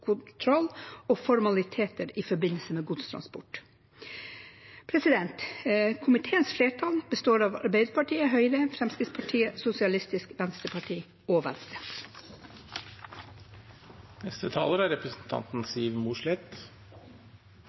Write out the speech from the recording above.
kontroll og formaliteter i forbindelse med godstransport. Komiteens flertall består av Arbeiderpartiet, Høyre, Fremskrittspartiet, Sosialistisk Venstreparti og